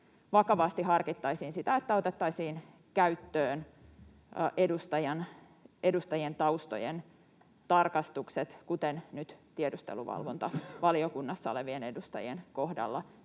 vakavasti harkittaisiin sitä, että otettaisiin käyttöön edustajien taustojen tarkastukset, kuten nyt tiedusteluvalvontavaliokunnassa olevien edustajien kohdalla